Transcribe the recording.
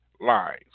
lives